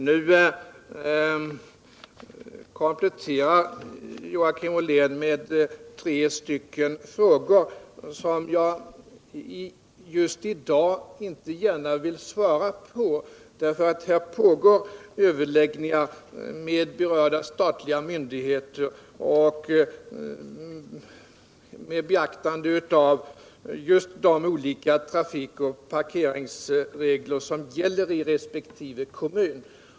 Nu kompletterar Joakim Ollén sin fråga med tre nya frågor, som jag just i dag inte gärna vill svara på därför att överläggningar pågår med berörda statliga myndigheter, med beaktande av just de olika trafikoch parkeringsregler som gäller i resp. kommun.